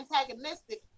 antagonistic